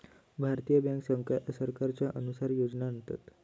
भारतीय बॅन्क सरकारच्या अनुसार योजना आणतत